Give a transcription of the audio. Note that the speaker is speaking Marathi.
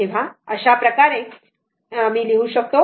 तर अशा प्रकारे लिहू शकतो